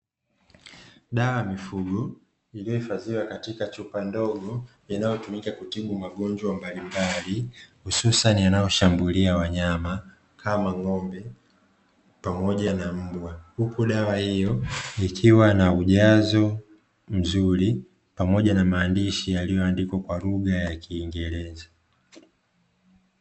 Dawa ya mifugo iliyo hifadhiwa katika chupa ndogo, inayotumika kutibu magonjwa mbalimbali hususani yanayo shambulia wanyama kama ng'ombe pamoja na mbwa, huku dawa hiyo ikiwa na ujazo mzuri, pamoja na maandishi yaliyoandikwa kwa lugha ya kiingereza.